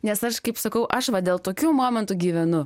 nes aš kaip sakau aš va dėl tokių momentų gyvenu